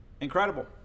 Incredible